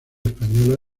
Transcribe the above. española